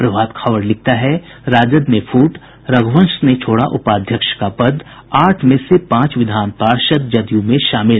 प्रभात खबर लिखता है राजद में फूट रघुवंश ने छोड़ा उपाध्यक्ष का पद आठ में से पांच विधान पार्षद जदयू में शामिल